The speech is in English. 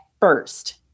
first